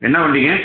என்ன வண்டிங்க